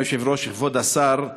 אדוני היושב-ראש, כבוד השר,